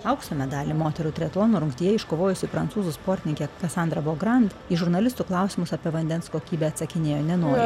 aukso medalį moterų triatlono rungtyje iškovojusi prancūzų sportininkė kasandra bolgrand į žurnalistų klausimus apie vandens kokybę atsakinėjo nenoriai